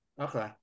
Okay